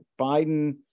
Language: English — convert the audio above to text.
Biden